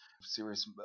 serious